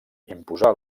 imposar